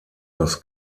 das